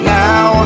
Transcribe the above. now